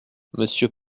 monsieur